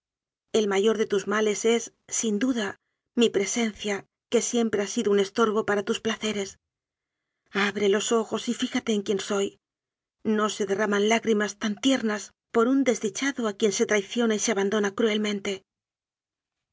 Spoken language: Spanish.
el mayor de tus ma les es sin duda mi presencia que siempre ha sido un estorbo para tus placeres abre los ojos y fíja te en quien soy no se derraman lágrimas tan tiernas por un desdichado a quien se traiciona y se abandona cruelmente